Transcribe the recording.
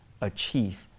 achieve